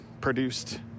produced